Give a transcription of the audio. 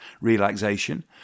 relaxation